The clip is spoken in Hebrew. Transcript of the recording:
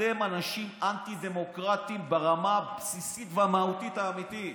אתם אנשים אנטי-דמוקרטיים ברמה הבסיסית והמהותית האמיתית.